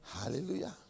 Hallelujah